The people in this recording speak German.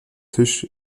tisch